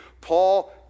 Paul